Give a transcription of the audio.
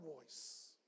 voice